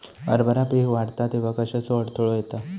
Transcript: हरभरा पीक वाढता तेव्हा कश्याचो अडथलो येता?